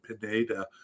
Pineda